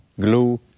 glue